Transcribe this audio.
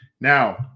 now